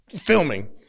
filming